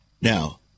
Now